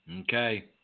Okay